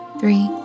three